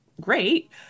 great